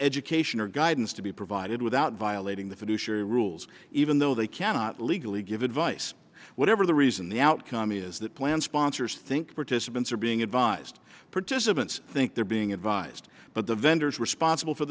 education or guidance to be provided without violating the fiduciary rules even though they cannot legally give advice whatever the reason the outcome is that plan sponsors think participants are being advised participants think they're being advised but the vendor is responsible for